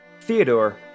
Theodore